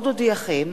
מעצרים)